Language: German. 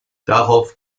darauf